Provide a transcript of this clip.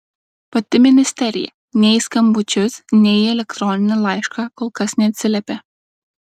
pati ministerija nei į skambučius nei į elektroninį laišką kol kas neatsiliepė